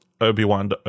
Obi-Wan